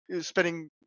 spending